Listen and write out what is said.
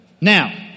Now